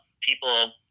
people